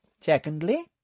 Secondly